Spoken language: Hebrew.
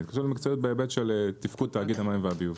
אלא בהיבט של תפקוד תאגיד המים והביוב.